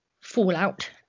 fallout